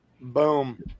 Boom